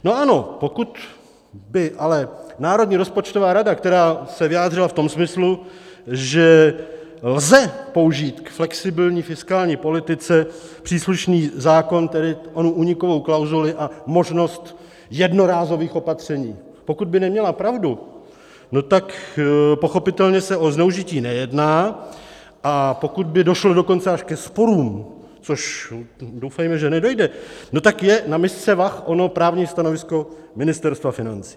No ano, pokud by ale Národní rozpočtová rada, která se vyjádřila v tom smyslu, že lze použít k flexibilní fiskální politice příslušný zákon, tedy onu únikovou klauzuli a možnost jednorázových opatření, pokud by neměla pravdu, tak se pochopitelně o zneužití nejedná, a pokud by došlo dokonce až ke sporům, což doufejme, že nedojde, tak je na misce vah ono právní stanovisko Ministerstva financí.